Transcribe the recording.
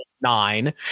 nine